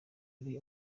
ari